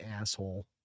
asshole